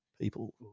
people